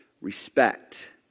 respect